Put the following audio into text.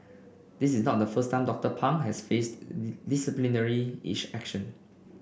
this is not the first time Doctor Pang has faced disciplinary action